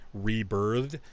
rebirthed